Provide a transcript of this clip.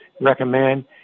recommend